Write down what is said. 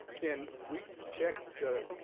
can we check the? oh,